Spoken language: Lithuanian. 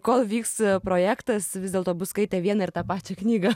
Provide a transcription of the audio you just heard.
kol vyks projektas vis dėlto bus skaitę vieną ir tą pačią knygą